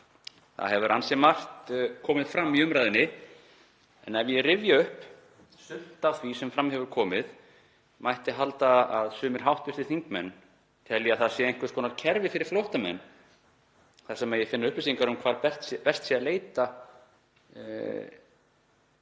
Það hefur ansi margt komið fram í umræðunni en ef ég rifja upp sumt af því sem fram hefur komið mætti halda að sumir hv. þingmenn telji að það sé einhvers konar kerfi fyrir flóttamenn þar sem megi finna upplýsingar um til hvaða landa